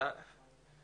לאישה,